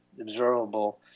observable